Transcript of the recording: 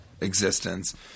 existence